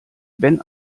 wenn